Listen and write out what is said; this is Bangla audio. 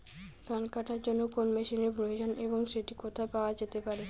ধান কাটার জন্য কোন মেশিনের প্রয়োজন এবং সেটি কোথায় পাওয়া যেতে পারে?